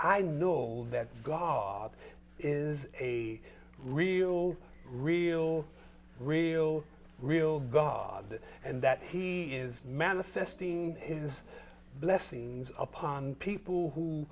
i know that god is a real real real real god and that he is manifesting his blessings upon people who